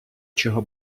чого